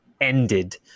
ended